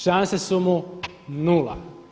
Šanse su mu nula.